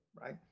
right